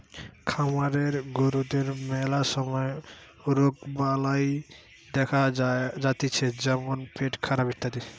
খামারের গরুদের ম্যালা সময় রোগবালাই দেখা যাতিছে যেমন পেটখারাপ ইত্যাদি